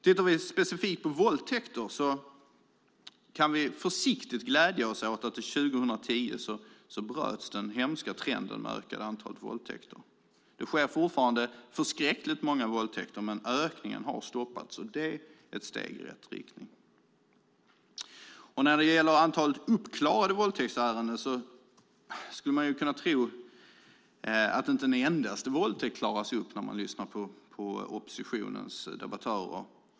Tittar vi specifikt på våldtäkter kan vi försiktigt glädja oss åt att 2010 bröts den hemska trenden med ett ökat antal våldtäkter. Det sker fortfarande förskräckligt många våldtäkter, men ökningen har stoppats, vilket är ett steg i rätt riktning. När det gäller antalet uppklarade våldtäktsärenden skulle man kunna tro att inte en enda våldtäkt klaras upp när man lyssnar på oppositionens debattörer.